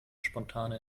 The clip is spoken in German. spontane